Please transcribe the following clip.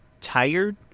tired